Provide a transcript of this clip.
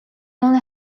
only